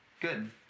Good